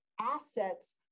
assets